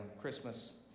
Christmas